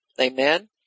Amen